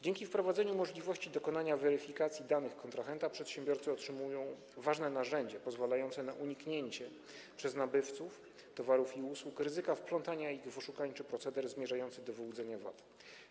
Dzięki wprowadzeniu możliwości dokonania weryfikacji danych kontrahenta przedsiębiorcy otrzymują ważne narzędzie pozwalające na uniknięcie przez nabywców towarów i usług ryzyka wplątania ich w oszukańczy proceder zmierzający do wyłudzenia VAT.